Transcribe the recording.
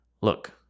Look